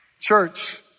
Church